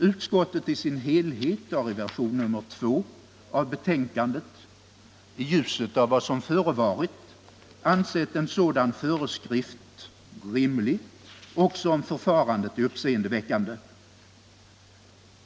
Utskottet i sin helhet har i version nr 2 av betänkandet — i ljuset av vad som förevarit — ansett en sådan föreskrift rimlig också om förfarandet är uppseendeväckande.